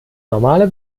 normale